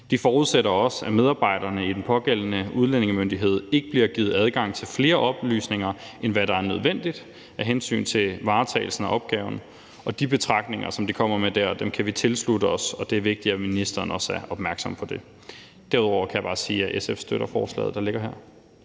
De forudsætter også, at medarbejderne i den pågældende udlændingemyndighed ikke bliver givet adgang til flere oplysninger, end hvad der er nødvendigt af hensyn til varetagelsen af opgaven. De betragtninger, som de kommer med der, kan vi tilslutte os, og det er vigtigt, at ministeren også er opmærksom på det. Derudover kan jeg bare sige, at SF støtter forslaget, der ligger her.